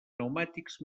pneumàtics